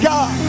God